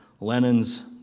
Lenin's